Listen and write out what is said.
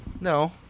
No